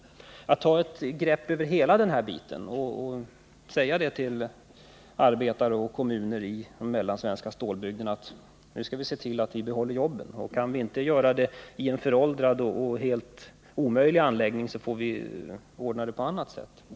Det måste vara industriministerns ansvar att ta ett grepp över hela den uppgiften och att till arbetare och kommuner i de mellansvenska stålbygderna säga: Nu skall vi se till att vi får behålla jobben, och kan vi inte göra det i en föråldrad och helt omöjlig anläggning, får vi ordna det på annat sätt.